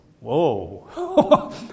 Whoa